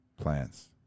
plants